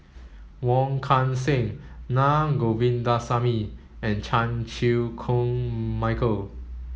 Wong Kan Seng Na Govindasamy and Chan Chew Koon Michael